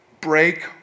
Break